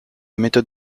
méthode